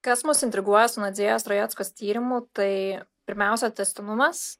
kas mus intriguoja su nadzėjos rajeckos tyrimu tai pirmiausia tęstinumas